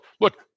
Look